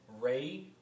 Ray